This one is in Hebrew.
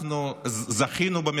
"זכינו"